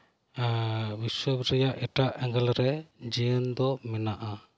ᱵᱤᱥᱥᱚ ᱨᱮᱭᱟᱜ ᱮᱴᱟᱜ ᱮᱸᱜᱮᱞ ᱨᱮ ᱡᱤᱭᱚᱱ ᱫᱚ ᱢᱮᱱᱟᱜᱼᱟ